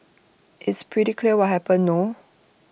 it's pretty clear what happened no